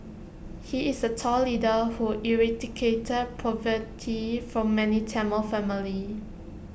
he is A tall leader who eradicated poverty from many Tamil families